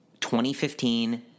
2015